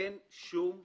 אין שום מניעה.